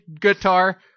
guitar